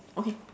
okay